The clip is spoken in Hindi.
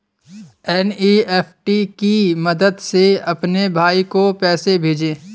एन.ई.एफ.टी की मदद से अपने भाई को पैसे भेजें